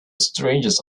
strangest